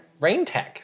Raintech